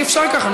אי-אפשר ככה,